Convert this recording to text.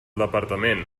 departament